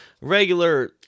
Regular